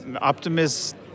optimist